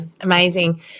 amazing